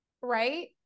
right